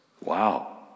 Wow